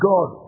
God